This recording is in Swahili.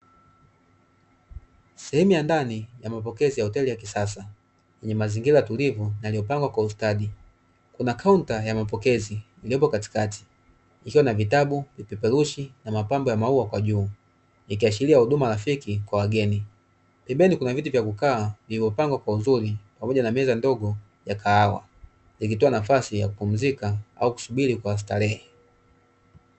Sehemu ya ndani ya mapokezi ya hoteli ya kisasa yenye mazingira tulivu yenye pangwa kuustadi, kuna kaunta ya mapokezi iliyopo katikati ikiwana vitabu, vipeperushi na mapambo ya maua kwa juu ikiadhiria huduma rafiki kwa wageni. Pembeni kuna viti vya kukaa vilivyo panga kwa uzuri pamoja na meza ndogo na kahawa, ikitoa nafasi ya kupumzika au kusubiri kwa starehe.